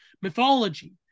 mythology